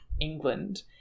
England